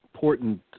Important